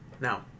Now